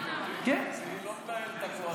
אני לא מנהל את הקואליציה.